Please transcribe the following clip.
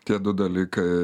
tie du dalykai